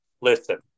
listen